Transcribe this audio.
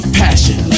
passion